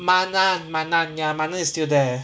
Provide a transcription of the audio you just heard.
manam manam ya manam is still there